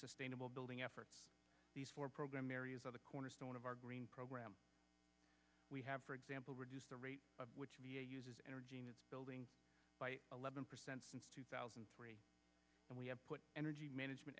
sustainable building efforts these four program areas of the cornerstone of our green program we have for example reduce the rate of which uses energy building by eleven percent since two thousand and three and we have put energy management